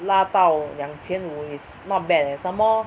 拉到两千五 is not bad leh some more